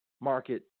market